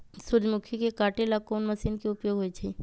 सूर्यमुखी के काटे ला कोंन मशीन के उपयोग होई छइ?